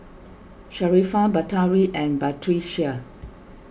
Sharifah Batari and Batrisya